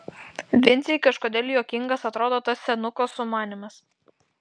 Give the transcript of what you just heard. vincei kažkodėl juokingas atrodė tas senuko sumanymas